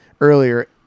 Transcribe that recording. earlier